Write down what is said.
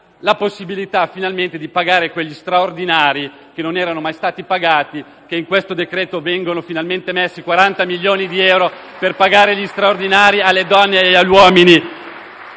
la possibilità di pagare finalmente quegli straordinari che non erano mai stati pagati e che in questo provvedimento vengono finalmente stanziati: 40 milioni di euro per pagare gli straordinari alle donne e agli uomini